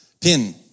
pin